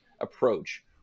approach